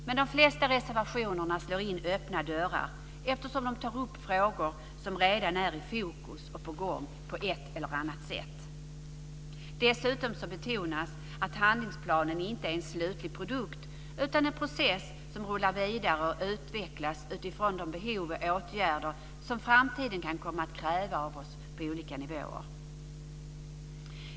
Men de flesta reservationerna slår in öppna dörrar eftersom de tar upp frågor som redan är i fokus på ett eller annat sätt. Dessutom betonas i skrivelsen att handlingsplanen inte är en slutlig produkt utan en process som rullar vidare och utvecklas utifrån de behov och åtgärder som framtiden kan komma att kräva av oss på olika nivåer.